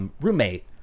roommate